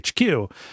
hq